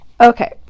Okay